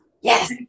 Yes